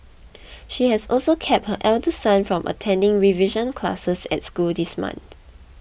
she has also kept her elder son from attending revision classes at school this month